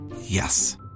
Yes